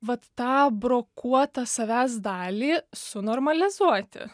vat tą brokuotą savęs dalį sunormalizuoti